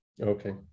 okay